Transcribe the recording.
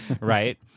Right